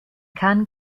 kann